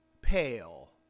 pale